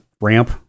ramp